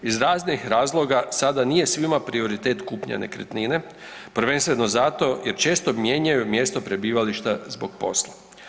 Iz raznih razloga sada nije svima prioritet kupnja nekretnine, prvenstveno zato jer često mijenjaju mjesto prebivališta zbog posla.